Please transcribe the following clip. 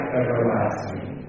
everlasting